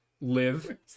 live